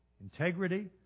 Integrity